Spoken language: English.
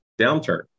downturn